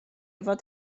fod